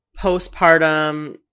postpartum